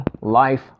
Life